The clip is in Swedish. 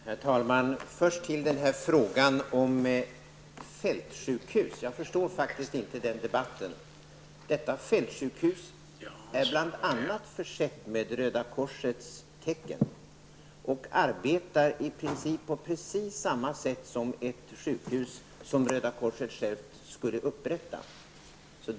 Herr talman! Först till frågan om fältsjukhuset. Jag förstår faktiskt inte riktigt den debatten. Detta fältsjukhus är bl.a. försett med Röda korsets tecken, och man arbetar i princip på samma sätt som på ett sjukhus som Röda korset självt upprättat.